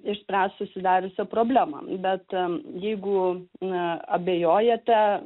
išspręs susidariusią problemą bet jeigu na abejojate